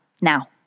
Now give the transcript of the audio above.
Now